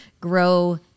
grow